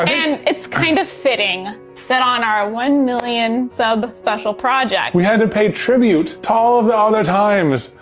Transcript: and it's kind of fitting that on our ah one million sub special project, we had to pay tribute to all of the other times.